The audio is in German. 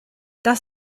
das